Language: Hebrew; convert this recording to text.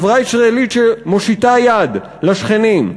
חברה ישראלית שמושיטה יד לשכנים,